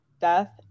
death